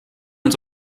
uns